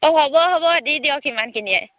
অঁ হ'ব হ'ব দি দিয়ক সিমানখিনিয়ে